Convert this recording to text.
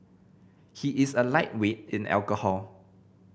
he is a lightweight in alcohol